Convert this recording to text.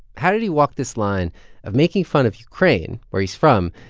how did he walk this line of making fun of ukraine, where he's from,